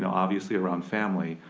you know obviously around family.